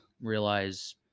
realize